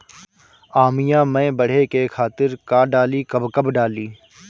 आमिया मैं बढ़े के खातिर का डाली कब कब डाली?